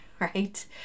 right